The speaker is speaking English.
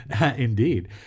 Indeed